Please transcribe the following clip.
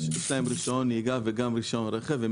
לאופנועים יש רישיון נהיגה וגם רישיון רכב והם